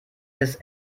bis